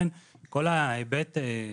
צריך פירושים או שכל מילה הייתה מובנת?